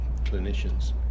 clinicians